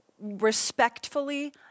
respectfully